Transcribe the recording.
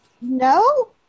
No